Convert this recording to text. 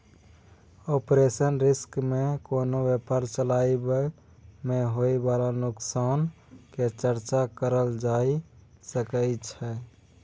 operational risk में कोनो व्यापार चलाबइ में होइ बाला नोकसान के चर्चा करल जा सकइ छइ